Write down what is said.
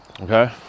okay